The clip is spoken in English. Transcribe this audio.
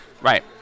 Right